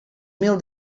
mil